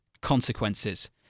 consequences